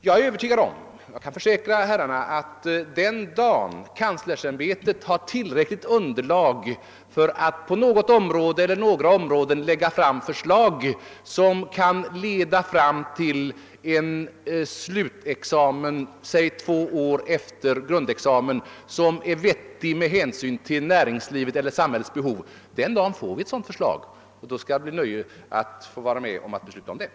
Jag kan försäkra herrarna att den dag kanslersämbetet har tillräckligt underlag för att på något eller några områden lägga fram förslag om en slutexamen exempelvis två år efter grundexamen, och detta skulle vara lämpligt med hänsyn till näringslivets och samhällets behov, så skall jag med nöje vara med i ett beslut härom.